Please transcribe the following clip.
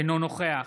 אינו נוכח